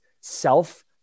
self